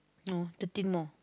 no thirteen more